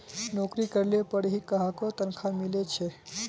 नोकरी करले पर ही काहको तनखा मिले छे